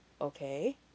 okay